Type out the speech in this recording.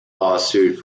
lawsuit